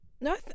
No